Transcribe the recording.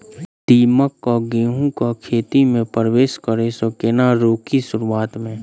दीमक केँ गेंहूँ केँ खेती मे परवेश करै सँ केना रोकि शुरुआत में?